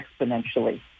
exponentially